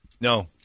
No